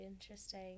interesting